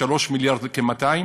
3.2 מיליארד,